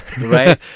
Right